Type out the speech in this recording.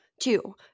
Two